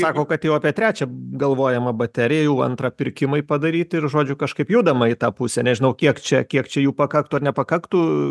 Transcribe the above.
sako kad jau apie trečią galvojama bateriją jau antrą pirkimai padaryti ir žodžiu kažkaip judama į tą pusę nežinau kiek čia kiek čia jų pakaktų ar nepakaktų